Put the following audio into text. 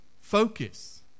focus